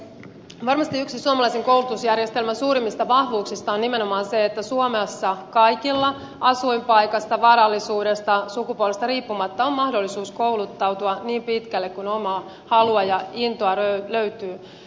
varmasti yksi suomalaisen koulutusjärjestelmän suurimmista vahvuuksista on nimenomaan se että suomessa kaikilla asuinpaikasta varallisuudesta sukupuolesta riippumatta on mahdollisuus kouluttautua niin pitkälle kuin omaa halua ja intoa löytyy